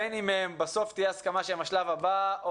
בין אם בסוף תהיה הסכמה שהם השלב הבא או